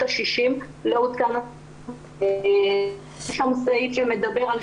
השישים לא עודכן -- -שום סעיף שמדבר על